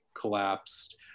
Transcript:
collapsed